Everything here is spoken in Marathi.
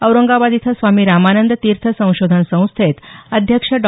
औरंगाबाद इथं स्वामी रामानंद तीर्थ संशोधन संस्थेत अध्यक्ष डॉ